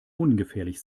ungefährlich